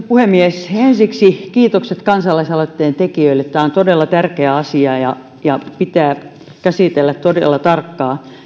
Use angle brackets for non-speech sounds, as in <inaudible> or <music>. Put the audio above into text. <unintelligible> puhemies ensiksi kiitokset kansalaisaloitteen tekijöille tämä on todella tärkeä asia ja ja pitää käsitellä todella tarkkaan